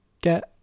get